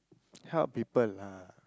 help people lah